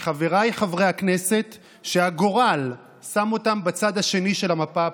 מחבריי חברי הכנסת שהגורל שם אותם בצד השני של המפה הפוליטית.